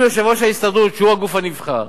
אם יושב-ראש ההסתדרות, שהיא הגוף הנבחר,